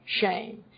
shame